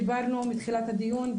דיברנו מתחילת הדיון,